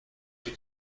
più